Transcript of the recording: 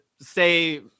say